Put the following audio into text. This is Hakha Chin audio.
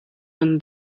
man